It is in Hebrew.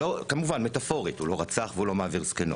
כמובן, מטפורית, הוא לא רצח והוא לא מעביר זקנות.